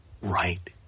right